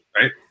right